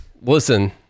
Listen